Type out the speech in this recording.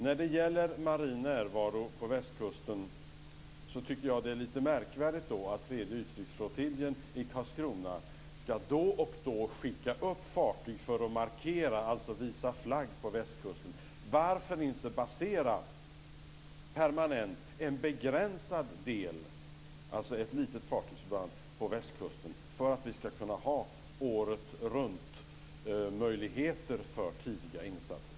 När det gäller marin närvaro på Västkusten tycker jag att det är lite märkvärdigt att tredje ytstridsflottiljen i Karlskrona då och då ska skicka upp fartyg för att markera, alltså visa flagg, på Västkusten. Varför inte permanent basera en begränsad del, ett litet fartygsförband, på Västkusten för att vi året runt ska kunna ha möjligheter för tidiga insatser?